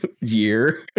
year